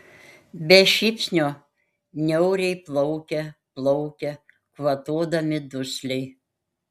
be šypsnio niauriai plaukia plaukia kvatodami dusliai